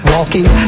Walking